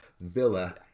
Villa